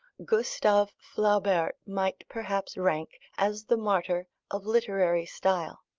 gustave flaubert might perhaps rank as the martyr of literary style.